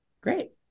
Great